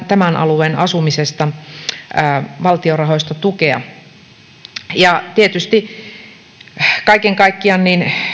tämän alueen asumisesta valtion rahoista tukea tietysti kaiken kaikkiaan